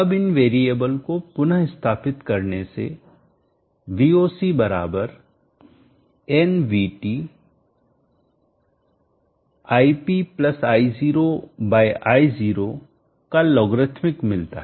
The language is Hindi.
अब इन वेरिएबल को पुनः स्थापित करने से Voc बराबर nVT ip I0 I0 का लोगरिथमिक मिलता है